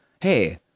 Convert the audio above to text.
Hey